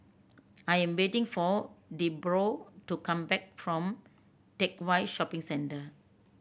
I am waiting for Debroah to come back from Teck Whye Shopping Centre